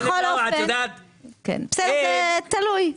בסדר, זה תלוי.